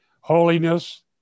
holiness